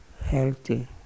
healthy